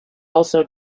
also